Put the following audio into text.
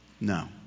No